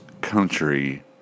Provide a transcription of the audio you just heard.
country